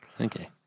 Okay